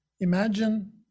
Imagine